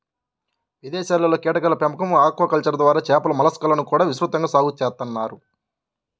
ఇదేశాల్లో కీటకాల పెంపకం, ఆక్వాకల్చర్ ద్వారా చేపలు, మలస్కాలను కూడా విస్తృతంగా సాగు చేత్తన్నారు